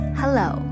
hello